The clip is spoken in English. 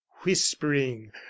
whispering